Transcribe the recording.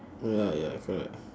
ya ya correct